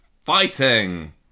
fighting